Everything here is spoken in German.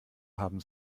haben